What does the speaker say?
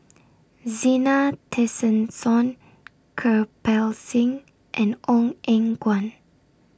Zena Tessensohn Kirpal Singh and Ong Eng Guan